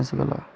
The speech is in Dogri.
इस गल्ला